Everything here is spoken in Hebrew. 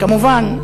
כמובן,